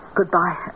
Goodbye